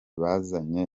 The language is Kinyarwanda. bazanye